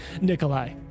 nikolai